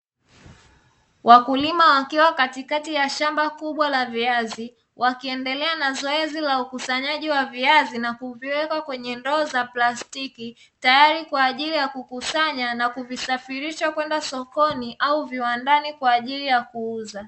Wakulima wakiwa katikakati ya shamba kubwa la viazi, wakiendelea na zoezi la ukusanyaji wa viazi na kuviweka kwenye ndoo za plastiki. Tayari kwa ajili ya kukusanya na kuvisafirisha kwenda sokoni au viwandani kwa ajili ya kuuza.